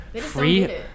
free